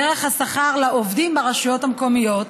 דרך השכר לעובדים ברשויות המקומיות,